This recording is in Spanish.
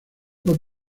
fue